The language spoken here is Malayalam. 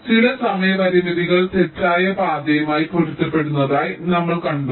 അതിനാൽ ചില സമയ പരിമിതികൾ തെറ്റായ പാതയുമായി പൊരുത്തപ്പെടുന്നതായി നമ്മൾ കണ്ടു